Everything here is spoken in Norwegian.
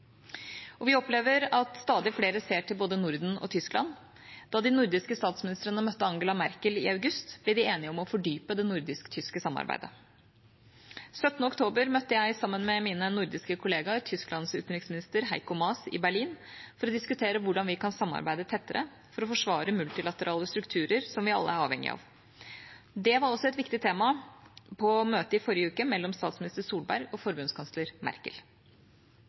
Og vi opplever at stadig flere ser til Norden og Tyskland. Da de nordiske statsministrene møtte Angela Merkel i august, ble de enige om å fordype det nordisk-tyske samarbeidet. Den 17. oktober møtte jeg, sammen med mine nordiske kolleger, Tysklands utenriksminister Heiko Maas i Berlin for å diskutere hvordan vi kan samarbeide tettere for å forsvare multilaterale strukturer som vi alle er avhengige av. Dette var også et viktig tema på møtet i forrige uke mellom statsminister Solberg og forbundskansler Merkel.